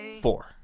four